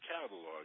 catalog